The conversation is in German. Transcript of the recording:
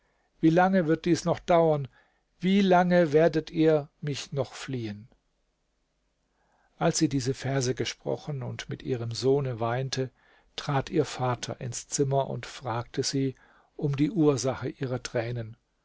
wie lange wird dies noch dauern wie lange werdet ihr mich noch fliehen als sie diese verse gesprochen und mit ihrem sohne weinte trat ihr vater ins zimmer und fragte sie um die ursache ihrer tränen